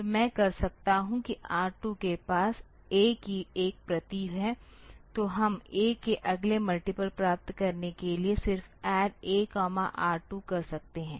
तो मैं कर सकता हूं कि R 2 के पास A की एक प्रति है तो हम A के अगले मल्टीप्ल प्राप्त करने के लिए सिर्फ add AR2 कर सकते हैं